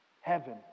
Heaven